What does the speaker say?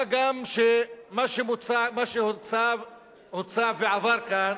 מה גם שמה שהוצע ועבר כאן